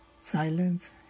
Silence